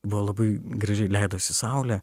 buvo labai gražiai leidosi saulė